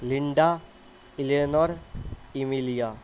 linda cleaner emilia